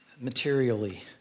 materially